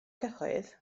cyhoedd